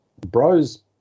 bros